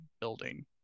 building